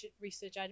research